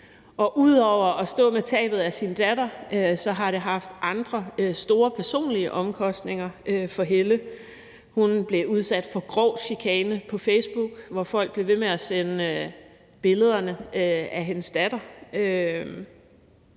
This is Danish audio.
Ud over at stå med tabet af sin datter har det haft andre store personlige omkostninger for Helle. Hun blev udsat for grov chikane på Facebook, hvor folk blev ved med at sende billederne af hendes datter